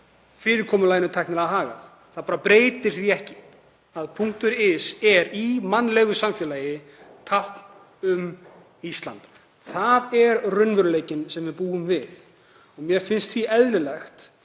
fyrirkomulaginu er tæknilega hagað. Það breytir því ekki að .is er í mannlegu samfélagi tákn um Ísland. Það er raunveruleikinn sem við búum við og mér finnst því eðlilegt